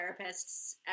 therapists